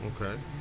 Okay